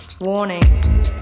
Warning